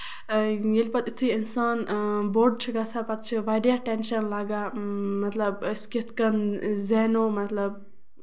ییٚلہِ پَتہٕ یِتھُے اِنسان بوڑ چھُ گژھان پَتہٕ چھُ واریاہ ٹینشَن لَگان مطلب أسۍ کِتھ کَنۍ زینو مطلب